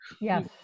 Yes